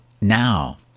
Now